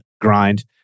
grind